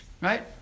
right